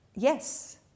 Yes